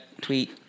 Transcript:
tweet